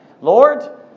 Lord